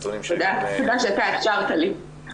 תודה שאפשרת לי.